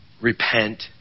Repent